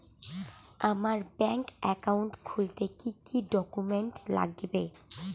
আমার bank account খুলতে কি কি ডকুমেন্ট লাগবে?